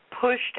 pushed